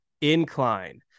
INCLINE